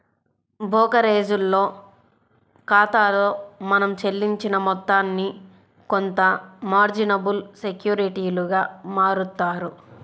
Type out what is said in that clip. బోకరేజోల్ల ఖాతాలో మనం చెల్లించిన మొత్తాన్ని కొంత మార్జినబుల్ సెక్యూరిటీలుగా మారుత్తారు